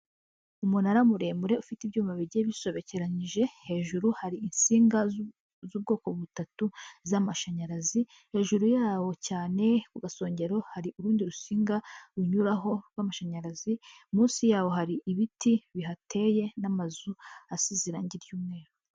Umunara muremure ufite ibyuma bigiye bisobekeranyije hejuru hari insinga z'ubwoko butatu z'amashanyarazi, hejuru yawo cyane ku gasongero hari urundi rusinga runyuraho rw'amashanyarazi, munsi yawo hari ibiti bihateye n'amazu asize irangi ry'umweru.